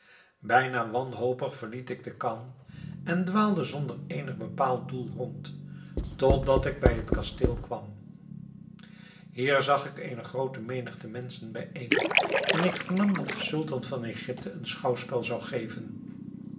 bijna wanhopig verliet ik de khan en dwaalde zonder eenig bepaald doel rond tot dat ik bij het kasteel kwam hier zag ik eene groote menigte menschen bijeen en ik vernam dat de sultan van egypte een schouwspel zou geven